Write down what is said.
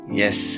yes